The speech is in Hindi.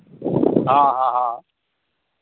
हाँ हाँ हाँ